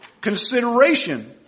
consideration